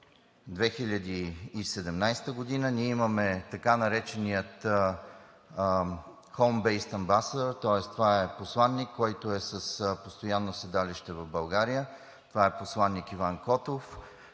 2017 г. Ние имаме така наречения home based ambassador, тоест това е посланик, който е с постоянно седалище в България – посланик Иван Котов,